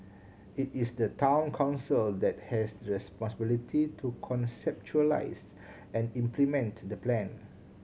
it is the Town Council that has the responsibility to conceptualise and implement the plan